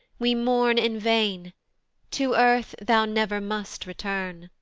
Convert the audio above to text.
we mourn in vain to earth thou never must return.